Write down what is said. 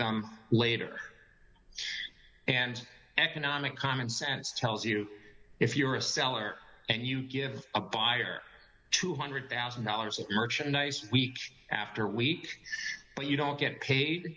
them later and economic common sense tells you if you're a seller and you give a buyer two hundred thousand dollars of merchandise week after week but you don't get paid